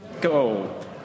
go